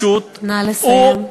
נא לסיים.